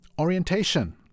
orientation